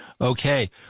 Okay